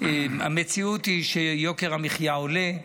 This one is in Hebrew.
המציאות היא שיוקר המחיה עולה,